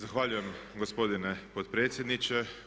Zahvaljujem gospodine potpredsjedniče.